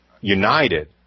united